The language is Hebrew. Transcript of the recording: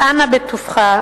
אז אנא בטובך,